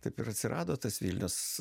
taip ir atsirado tas vilnius